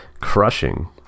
crushing